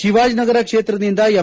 ಶಿವಾಜಿನಗರ ಕ್ಷೇತ್ರದಿಂದ ಎಂ